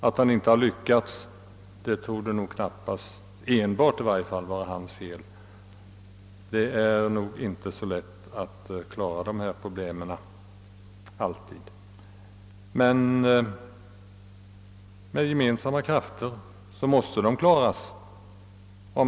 Att han inte har lyckats torde knappast vara hans fel enbart. Det är ingalunda lätt att klara problem av detta slag. Men de måste klaras!